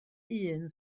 hun